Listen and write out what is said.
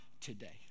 today